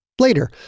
Later